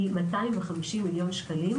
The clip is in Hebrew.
היא 250 מיליון שקל,